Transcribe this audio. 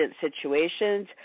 situations